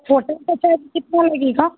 hotel का charge कितना लगेगा